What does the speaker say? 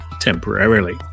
temporarily